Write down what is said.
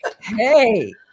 Hey